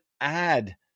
add